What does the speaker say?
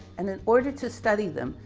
and in order to study them,